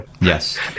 Yes